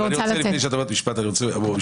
ביקשתי את זה.